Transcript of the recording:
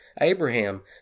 Abraham